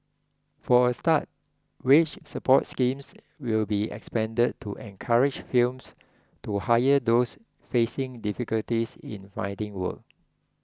for a start wage support schemes will be expanded to encourage films to hire those facing difficulty in finding work